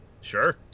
Sure